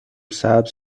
سبز